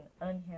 unhappy